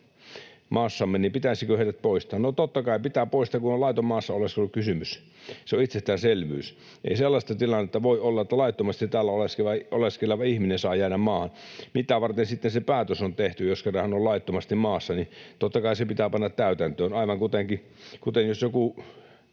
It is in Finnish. maassamme, ja pitäisikö heidät poistaa, niin totta kai pitää poistaa, kun on laittomasta maassa oleskelusta kysymys. Se on itsestäänselvyys. Ei sellaista tilannetta voi olla, että laittomasti täällä oleskeleva ihminen saa jäädä maahan. Mitä varten sitten se päätös on tehty, jos kerran hän on laittomasti maassa — totta kai se pitää panna täytäntöön. Aivan kuten kuka